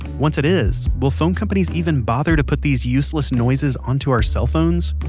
once it is, will phone companies even bother to put these useless noises onto our cell phones?